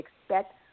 expect